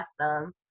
awesome